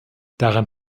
daran